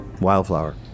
Wildflower